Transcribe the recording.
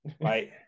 Right